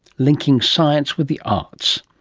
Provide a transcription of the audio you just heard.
linking science with the arts.